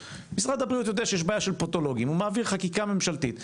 משרד הבריאות יודע שיש בעיה של פדולוגים הוא מעביר חקיקה ממשלתית,